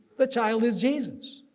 the child is jesus,